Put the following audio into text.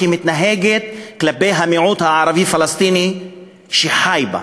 התנהגותה כלפי המיעוט הערבי-פלסטיני שחי בה.